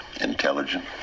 intelligent